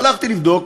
והלכתי לבדוק,